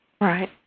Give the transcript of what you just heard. Right